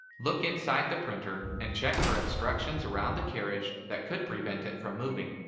look inside the printer and check for obstructions around the carriage that could prevent it from moving.